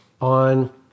on